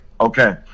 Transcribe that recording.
okay